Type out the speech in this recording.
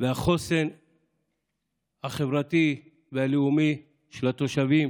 ואת החוסן החברתי והלאומי של התושבים.